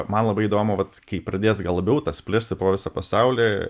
man labai įdomu bet kai pradės gal labiau tas plisti po visą pasaulį